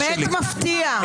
באמת מפתיע.